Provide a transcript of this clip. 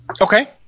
okay